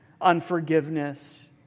unforgiveness